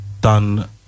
done